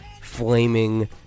flaming